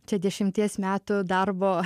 čia dešimties metų darbo